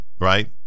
right